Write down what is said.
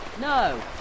No